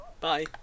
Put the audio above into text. Bye